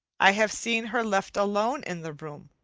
i have seen her left alone in the room,